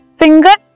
finger